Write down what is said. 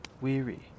weary